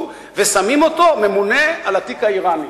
ושמים אותו ממונה על התיק האירני.